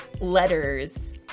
letters